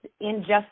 injustice